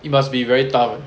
you must be very tough